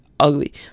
ugly